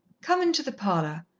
come into the parlour,